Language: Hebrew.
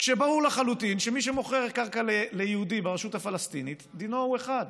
כשברור לחלוטין שמי שמוכר קרקע ליהודי ברשות הפלסטינית דינו הוא אחד: